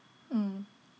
mmhmm